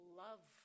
love